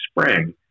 spring